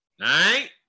right